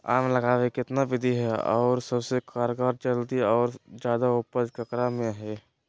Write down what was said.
आम लगावे कितना विधि है, और सबसे कारगर और जल्दी और ज्यादा उपज ककरा में है?